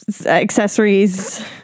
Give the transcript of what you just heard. accessories